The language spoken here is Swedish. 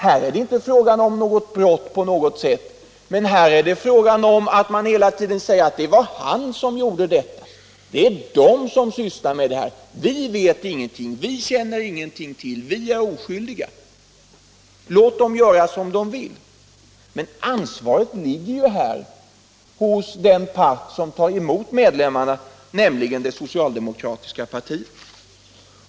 Här är det inte fråga om brott i juridisk mening, men det är fråga om att man hela tiden säger att det är de andra som sysslar med det här, vi vet ingenting, vi känner ingenting till, vi är oskyldiga, låt dem göra som de vill. Men ansvaret ligger här hos den part som tar emot medlemmarna, nämligen det socialdemokratiska partiet.